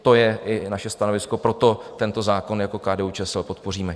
To je naše stanovisko, proto tento zákon jako KDUČSL podpoříme.